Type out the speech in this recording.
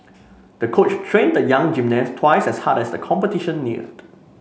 the coach trained the young gymnast twice as hard as the competition neared